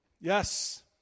yes